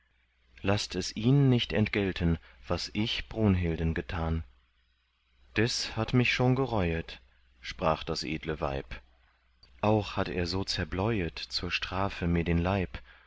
laßt es ihn nicht entgelten was ich brunhilden getan des hat mich schon gereuet sprach das edle weib auch hat er so zerbleuet zur strafe mir den leib